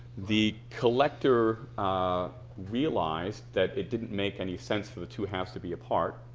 the collector ah realized that it didn't make any sense for the two halves to be apart